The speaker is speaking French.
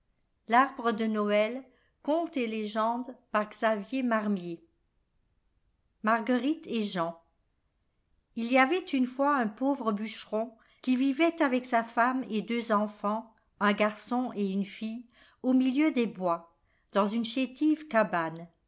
biarguerite et jean îl y avait une fois un pauvre bûcheron qui vivait avec sa femme et deux enfants un garçon et une fille au milieu des bois dans une chétive cabane